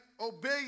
obey